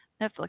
Netflix